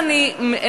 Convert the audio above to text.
החלטות,